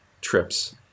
trips